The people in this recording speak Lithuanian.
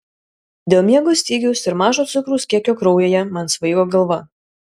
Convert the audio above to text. dėl miego stygiaus ir mažo cukraus kiekio kraujyje man svaigo galva